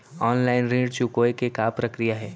Online ऋण चुकोय के का प्रक्रिया हे?